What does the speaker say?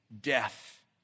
death